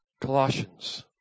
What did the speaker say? Colossians